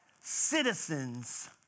citizens